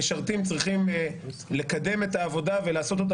המשרתים צריכים לקדם את העבודה ולעשות אותה